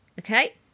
Okay